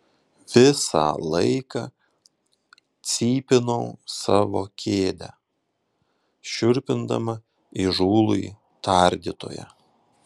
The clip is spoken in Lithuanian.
visą laiką cypinau savo kėdę šiurpindama įžūlųjį tardytoją